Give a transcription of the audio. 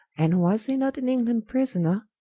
and was he not in england prisoner?